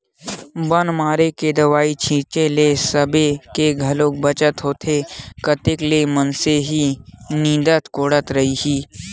बन मारे के दवई छिते ले समे के घलोक बचत होथे कतेक ल मनसे ह निंदत कोड़त रइही